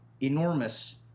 enormous